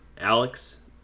Alex